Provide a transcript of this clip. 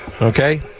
Okay